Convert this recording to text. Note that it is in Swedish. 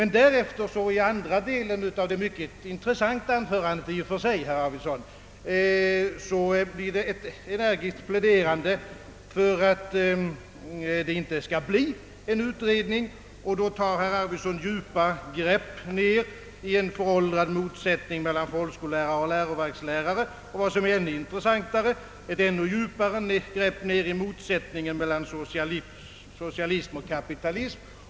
I andra delen av det i och för sig mycket intressanta anförandet pläderar herr Arvidson energiskt mot tillsättandet av en utredning. Herr Arvidson tar djupa grepp ner i en föråldrad motsättning mellan folkskollärare och läroverkslärare. Vad som är mera intressant är ett ännu djupare grepp ner i motsättningen mellan socialism och kapitalism.